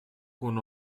con